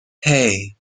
hey